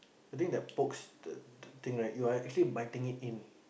the thing that pokes the the thing right you are actually biting it in